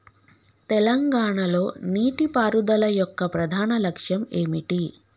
తెలంగాణ లో నీటిపారుదల యొక్క ప్రధాన లక్ష్యం ఏమిటి?